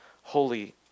holy